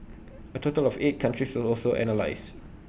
A total of eight countries also analysed